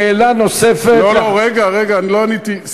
שאלה נוספת, לא, רגע, אני לא עניתי.